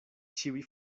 ĉiuj